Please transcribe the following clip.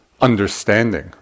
understanding